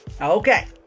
Okay